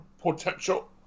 potential